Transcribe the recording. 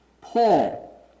Paul